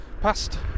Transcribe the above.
past